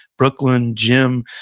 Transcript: brooklyn, gym,